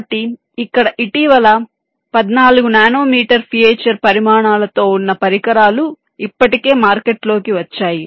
కాబట్టి ఇక్కడ ఇటీవల 14 నానోమీటర్ ఫీచర్ పరిమాణాలతో ఉన్న పరికరాలు ఇప్పటికే మార్కెట్లోకి వచ్చాయి